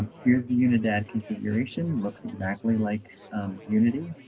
here's the unidad configuration looks exactly like unity,